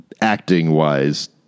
acting-wise